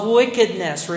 wickedness